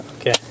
Okay